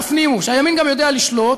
תפנימו: שהימין גם יודע לשלוט,